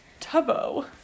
Tubbo